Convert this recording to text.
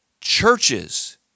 churches